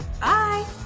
Bye